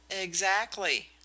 Exactly